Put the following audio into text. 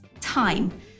Time